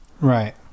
Right